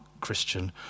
Christian